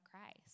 Christ